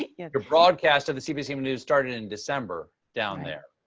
your broadcast of the cbs evening nws started and december down there.